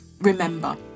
remember